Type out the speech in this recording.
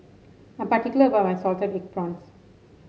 I'm particular about my Salted Egg Prawns